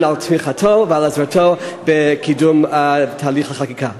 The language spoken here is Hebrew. על תמיכתו ועל עזרתו בקידום תהליך החקיקה.